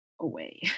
away